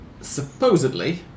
supposedly